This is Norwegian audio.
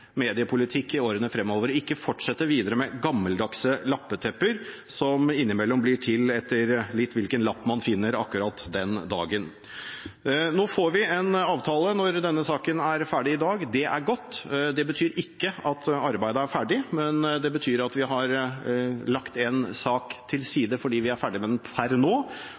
mediepolitikk i årene fremover og ikke fortsetter videre med gammeldagse lappetepper, som innimellom blir til etter hvilken lapp man finner akkurat den dagen. Nå får vi en avtale når denne saken er ferdig i dag. Det er godt. Det betyr ikke at arbeidet er ferdig, men det betyr at vi har lagt en sak til side fordi vi er ferdig med den per nå.